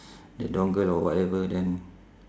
the dongle or whatever then